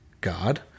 God